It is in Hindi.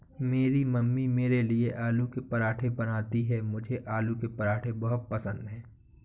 मेरी मम्मी मेरे लिए आलू के पराठे बनाती हैं मुझे आलू के पराठे बहुत पसंद है